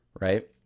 right